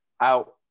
out